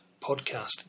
podcast